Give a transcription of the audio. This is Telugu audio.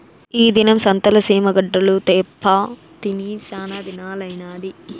ఈ దినం సంతల సీమ గడ్డలు తేప్పా తిని సానాదినాలైనాది